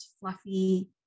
fluffy